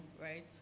right